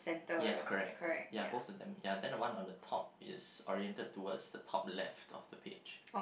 yes correct ya both of them ya then the one on the top is oriented towards the top left of the page